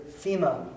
FEMA